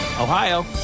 Ohio